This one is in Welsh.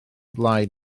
blaid